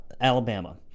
alabama